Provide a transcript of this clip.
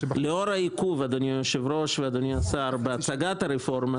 לאור העיכוב בהצגת הרפורמה,